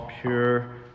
pure